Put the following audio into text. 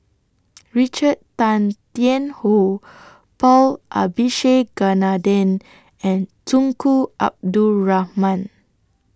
Richard Tan Tian Hoe Paul Abisheganaden and Tunku Abdul Rahman